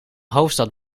hoofdstad